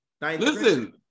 Listen